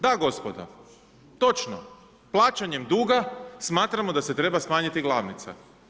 Da gospodo, točno, plaćanjem duga smatramo da se treba smanjiti glavnica.